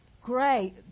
great